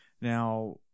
Now